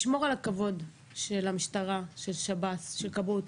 לשמור על הכבוד של המשטרה, של שב"ס, של כבאות.